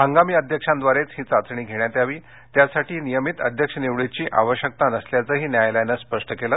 हंगामी अध्यक्षांद्वारेच ही चाचणी घेण्यात यावी त्यासाठी नियमित अध्यक्ष निवडीची आवश्यकता नसल्याचंही न्यायालयानं स्पष्ट केलं